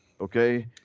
Okay